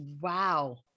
wow